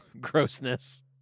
grossness